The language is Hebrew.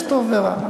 יש טוב ורע.